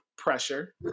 pressure